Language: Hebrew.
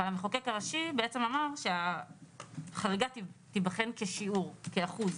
אבל המחוקק הראשי שהחריגה תיבחן כשיעור, כאחוז.